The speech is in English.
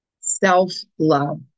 self-love